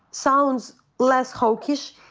sounds less hawkish?